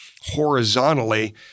horizontally